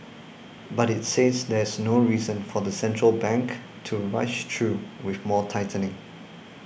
but it says there's no reason for the central bank to rush though with more tightening